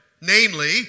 namely